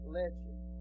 legend